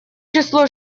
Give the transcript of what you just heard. число